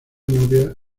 novia